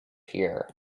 here